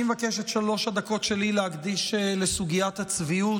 אני מבקש להקדיש את שלוש הדקות שלי לסוגיית הצביעות,